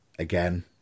again